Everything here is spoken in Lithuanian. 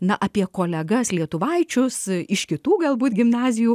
na apie kolegas lietuvaičius iš kitų galbūt gimnazijų